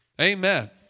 Amen